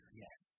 yes